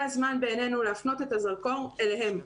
זה הזמן בעינינו להפנות את הזרקור אליהם,